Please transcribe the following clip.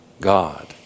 God